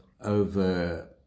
over